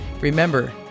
Remember